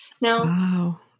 Now